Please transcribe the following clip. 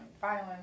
Violence